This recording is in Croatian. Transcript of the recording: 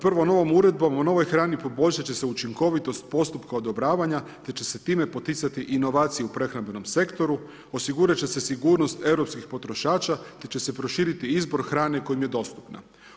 Prvo, novom uredbom o novoj hrani poboljšati će se učinkovitost postupka odobravanja te će se time poticati inovacije u prehrambenom sektoru, osigurat će se sigurnost europskih potrošača te će se proširi izbor hrane koja im je dostupna.